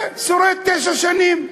ושורד תשע שנים.